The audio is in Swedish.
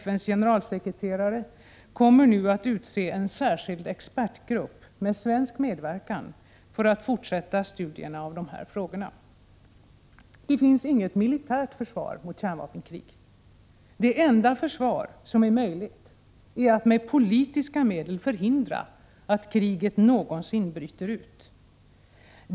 FN:s generalsekreterare kommer nu att utse en särskild expertgrupp, med svensk medverkan, för att fortsätta studierna av dessa frågor. Det finns inget militärt försvar mot ett kärnvapenkrig. Det enda försvar som är möjligt är att med politiska medel förhindra att kriget någonsin bryter ut.